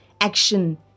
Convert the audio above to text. action